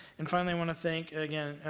and finally want to thank, again,